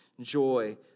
joy